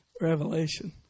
Revelation